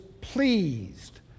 pleased